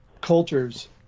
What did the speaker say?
cultures